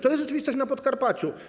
To jest rzeczywistość na Podkarpaciu.